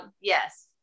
yes